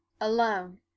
alone